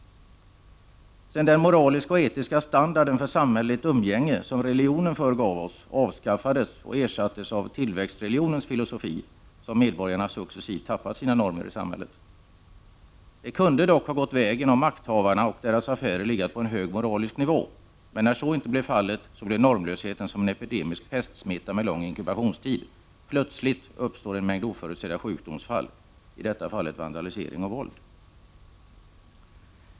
Sedan den moraliska och etiska standarden för samhälleligt umgänge, som religionen förr gav oss, avskaffades och ersattes av tillväxtreligionens filosofi har medborgarna successivt tappat sina normer i samhället. Det kunde dock ha gått vägen om makthavarna och deras affärer hade legat på en hög moralisk nivå. Men när så inte var fallet blev normlösheten som en epidemisk pestsmitta med lång inkubationstid. Plötsligt inträffar en mängd oförutsedda sjukdomsfall — i det här sammanhanget vandalisering och våld.